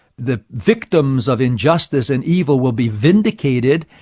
the victims of injustice and evil will be vindicated.